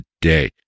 today